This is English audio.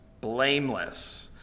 blameless